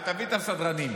תביא את הסדרנים.